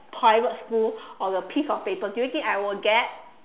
private school on the piece of paper do you think I will get